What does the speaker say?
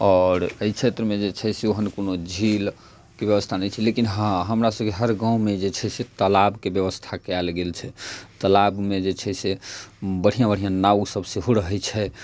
आओर एहि क्षेत्र मे जे छै से ओहन कोनो झील के व्यवस्था नहि छै लेकिन हँ हमरा सबके हर गाँव मे जे छै से तालाब के व्यवस्था कयल गेल छै तालाब मे जे छै से बढ़िऑं बढिऑं नाव सब सेहो रहै छै